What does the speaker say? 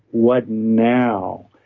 what now?